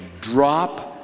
drop